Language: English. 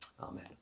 Amen